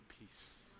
peace